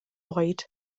oed